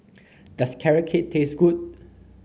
does Carrot Cake taste good